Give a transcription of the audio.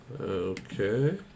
Okay